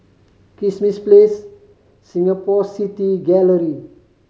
Kismis Place Singapore City Gallery